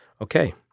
Okay